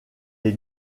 est